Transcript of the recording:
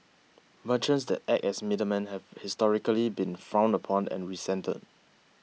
merchants that act as middlemen have historically been frowned upon and resented